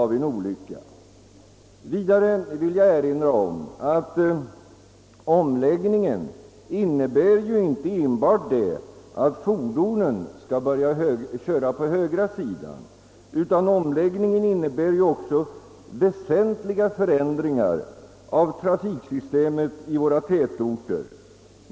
Vidare vill jag erinra om att omläggningen inte enbart innebär att fordonen skall börja köra på högra sidan utan också medför väsentliga förändringar av trafiksystemet i våra tätorter.